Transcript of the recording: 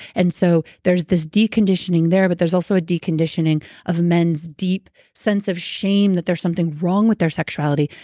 and so, there's this deconditioning there but there's also a deconditioning of men's deep sense of shame that there's something wrong with their sexuality.